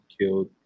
killed